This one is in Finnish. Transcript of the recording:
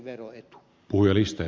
arvoisa puhemies